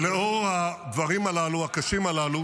ולאור הדברים הללו, הדברים הקשים הללו